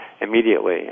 immediately